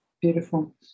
Beautiful